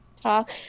talk